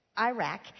Iraq